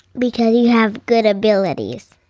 because you have good abilities.